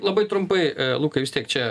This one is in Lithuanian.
labai trumpai lukai vis tiek čia